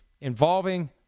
involving